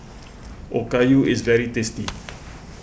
Okayu is very tasty